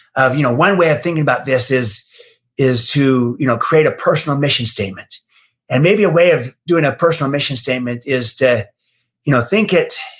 you know one way of thinking about this is is to you know create a personal mission statement and maybe a way of doing a personal mission statement is to you know think it,